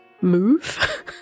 move